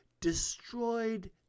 destroyed